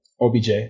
OBJ